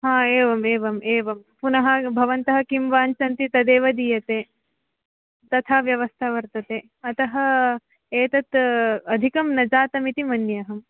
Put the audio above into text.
हा एवम् एवम् एवं पुनः भवन्तः किं वाञ्छन्ति तदेव दीयते तथा व्यवस्था वर्तते अतः एतत् अधिकं न जातमिति मन्ये अहम्